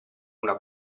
una